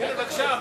הנה, בבקשה,